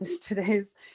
today's